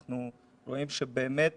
אנחנו רואים שבאמת